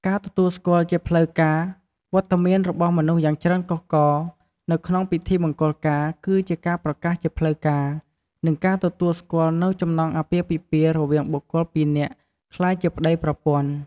ការទទួលស្គាល់ជាផ្លូវការ វត្តមានរបស់មនុស្សយ៉ាងច្រើនកុះករនៅក្នុងពិធីមង្គលការ គឺជាការប្រកាសជាផ្លូវការ និងការទទួលស្គាល់នូវចំណងអាពាហ៍ពិពាហ៍រវាងបុគ្គលពីរនាក់ក្លាយជាប្ដីប្រពន្ធ។